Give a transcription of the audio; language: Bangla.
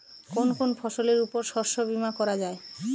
কোন কোন ফসলের উপর শস্য বীমা করা যায়?